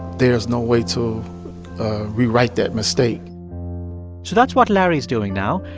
there's no way to rewrite that mistake so that's what larry is doing now,